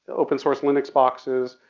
open source linux boxes,